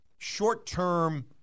Short-term